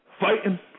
fighting